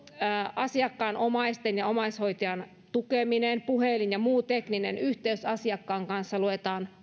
asiakkaan omaisten ja omaishoitajan tukeminen ja puhelin ja muu tekninen yhteys asiakkaan kanssa luetaan